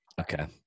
okay